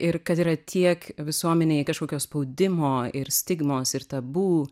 ir kad yra tiek visuomenėje kažkokio spaudimo ir stigmos ir tabu